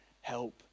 help